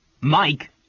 Mike